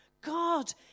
God